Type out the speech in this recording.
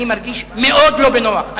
אני מרגיש מאוד לא בנוח.